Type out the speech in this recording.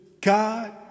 God